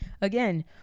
again